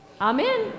Amen